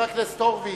חבר הכנסת הורוביץ,